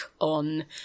on